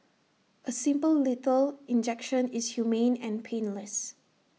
A simple lethal injection is humane and painless